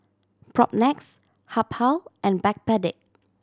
Propnex Habhal and Backpedic